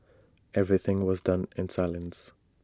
everything was done in silence